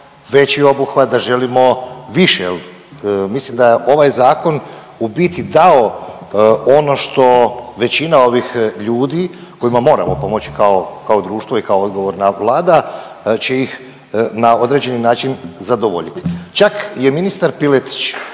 veći obuhvat, da želimo više. Mislim da je ovaj zakon u biti dao ono što većina ovih ljudi kojima moramo pomoći kao društvo i kao odgovorna Vlada će ih na određeni način zadovoljiti. Čak je ministar Piletić